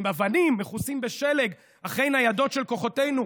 עם אבנים מכוסות בשלג אחרי ניידות של כוחותינו,